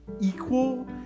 equal